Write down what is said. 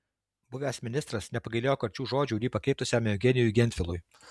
buvęs ministras nepagailėjo karčių žodžių ir jį pakeitusiam eugenijui gentvilui